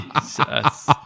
Jesus